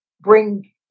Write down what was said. bring